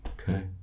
Okay